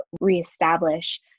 reestablish